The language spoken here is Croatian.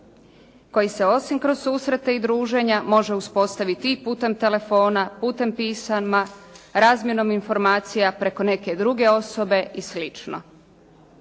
koji se osim kroz susrete i druženja može uspostaviti i putem telefona, putem pisama, razmjenom informacija preko neke druge osobe i sl.